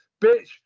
bitch